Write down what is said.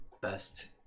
best